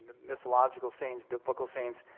mythological scenes, biblical scenes,